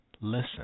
listen